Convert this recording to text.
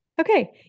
Okay